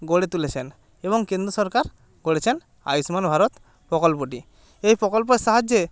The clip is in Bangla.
গড়ে তুলেছেন এবং কেন্দ সরকার করেছেন আয়ুষ্মান ভারত প্রকল্পটি এই প্রকল্পের সাহায্যে